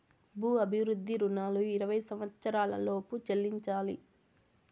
భూ అభివృద్ధి రుణాలు ఇరవై సంవచ్చరాల లోపు చెల్లించాలి